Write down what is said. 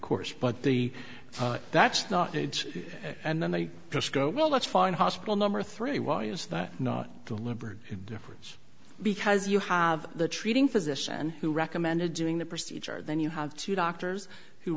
course but the that's not it and then they just go well that's fine hospital number three why is that not delivered difference because you have the treating physician who recommended doing the procedure then you have two doctors who